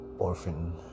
orphan